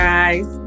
Guys